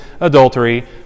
adultery